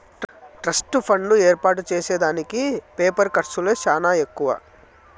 trust fund ఏర్పాటు చేసే దానికి పేపరు ఖర్చులే సానా ఎక్కువ